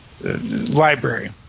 library